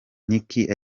nick